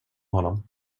honom